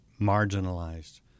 marginalized